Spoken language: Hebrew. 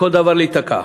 לכל דבר להיתקע.